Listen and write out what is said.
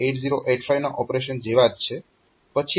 તો આ ઓપરેશન્સ 8085 ના ઓપરેશન જેવા જ છે